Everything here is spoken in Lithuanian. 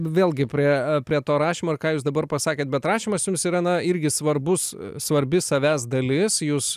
vėlgi prie prie to rašymo ir ką jūs dabar pasakėt bet rašymas jums irena irgi svarbus svarbi savęs dalis jūs